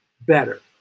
better